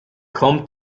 kommt